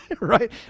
Right